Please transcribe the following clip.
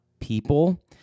people